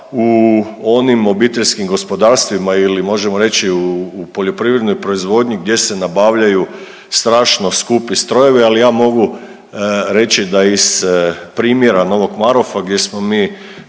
u onim obiteljskim gospodarstvima ili možemo reći u poljoprivrednoj proizvodnji gdje se nabavljaju strašno skupi strojevi, ali ja mogu reći da iz primjera Novog Marofa gdje smo mi